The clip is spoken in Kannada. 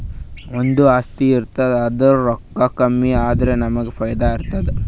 ಒಂದು ಆಸ್ತಿ ಇರ್ತುದ್ ಅದುರ್ದೂ ರೊಕ್ಕಾ ಕಮ್ಮಿ ಆದುರ ನಮ್ಮೂಗ್ ಫೈದಾ ಆತ್ತುದ